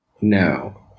No